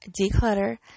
declutter